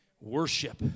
Worship